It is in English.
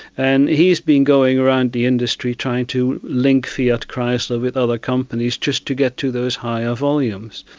and he has been going around the industry trying to link fiat chrysler with other companies just to get to those higher volumes.